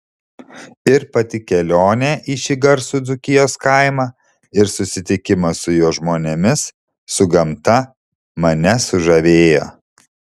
ir pati kelionė į šį garsų dzūkijos kaimą ir susitikimas su jo žmonėmis su gamta mane sužavėjo